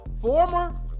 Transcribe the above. Former